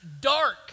dark